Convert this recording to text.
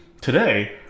Today